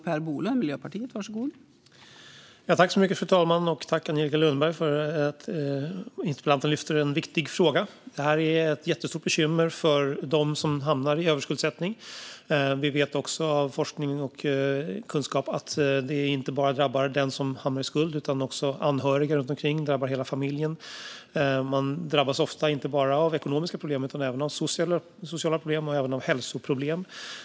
Fru talman! Tack, Angelica Lundberg, för en viktig fråga! Överskuldsättning är ett jättestort bekymmer för dem som hamnar där. Vi vet också av forskning att problemen inte bara drabbar den som hamnar i skuld utan också anhöriga runt omkring - det drabbar hela familjen. Man drabbas ofta inte bara av ekonomiska problem utan också av sociala problem och hälsoproblem.